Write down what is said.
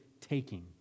taking